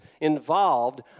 involved